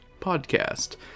podcast